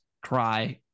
cry